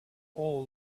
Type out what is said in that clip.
all